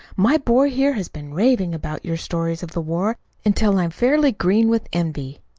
my boy here has been raving about your stories of the war until i'm fairly green with envy.